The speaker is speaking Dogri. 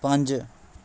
पंज